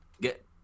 Get